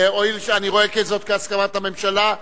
אני רואה זאת כהסכמת הממשלה,